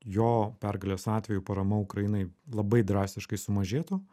jo pergalės atveju parama ukrainai labai drastiškai sumažėtų